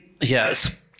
yes